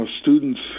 students